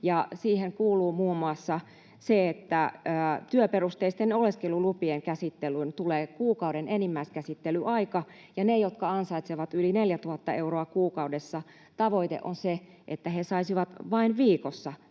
Siihen kuuluu muun muassa se, että työperusteisten oleskelulupien käsittelyyn tulee kuukauden enimmäiskäsittelyaika, ja niillä, jotka ansaitsevat yli 4 000 euroa kuukaudessa, tavoite on se, että he saisivat vain viikossa tämän